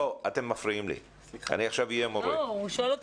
יש דרישה